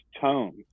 tone